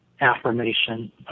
affirmation